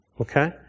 okay